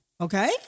Okay